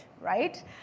right